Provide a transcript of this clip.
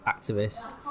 activist